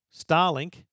Starlink